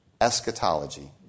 eschatology